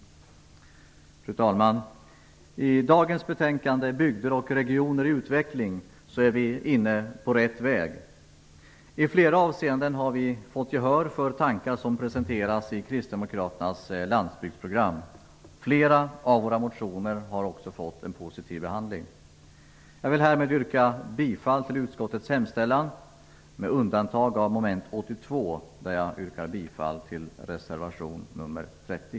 Fru talman! I och med dagens betänkande, Bygder och regioner i utveckling, är vi inne på rätt väg. I flera avseenden har vi fått gehör för de tankar som presenteras i kristdemokraternas landsbygdsprogram. Flera av våra motioner har också fått en positiv behandling. Jag vill härmed yrka bifall till utskottets hemställan med undantag av mom. 82 där jag yrkar bifall till reservation nr 30.